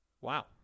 Wow